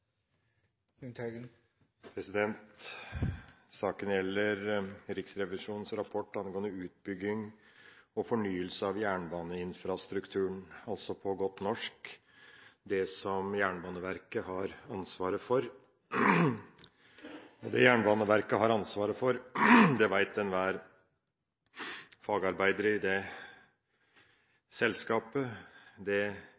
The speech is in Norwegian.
framtida. Saken gjelder Riksrevisjonens rapport om utbygging og fornyelse av jernbaneinfrastrukturen – på godt norsk det som Jernbaneverket har ansvaret for. Det Jernbaneverket har ansvaret for, vet enhver fagarbeider i det selskapet. Det